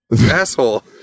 Asshole